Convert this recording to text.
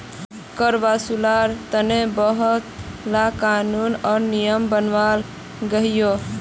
कर वासूल्वार तने बहुत ला क़ानून आर नियम बनाल गहिये